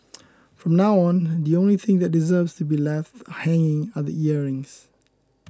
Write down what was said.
from now on the only thing that deserves to be left hanging are the earrings